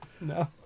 No